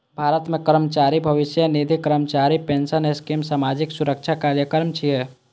भारत मे कर्मचारी भविष्य निधि, कर्मचारी पेंशन स्कीम सामाजिक सुरक्षा कार्यक्रम छियै